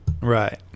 Right